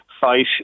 fight